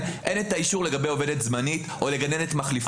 אין את האישור לגבי עובדת זמנית או לגננת מחליפה.